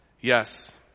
Yes